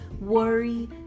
worry